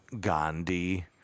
Gandhi